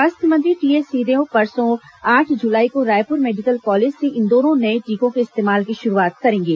स्वास्थ्य मंत्री टीएस सिंहदेव परसों आठ जुलाई को रायपुर मेडिकल कॉलेज से इन दोनों नए टीकों के इस्तेमाल की शुरूआत करेंगे